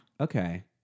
Okay